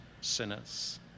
sinners